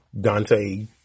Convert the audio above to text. Dante